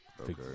Okay